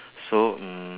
so mm